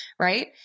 right